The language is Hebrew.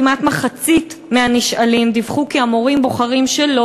כמעט מחצית מהנשאלים דיווחו כי המורים בוחרים שלא